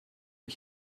ich